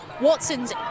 Watson's